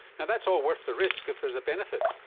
yeah that's all worth the risk if there is a benefit.